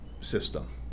system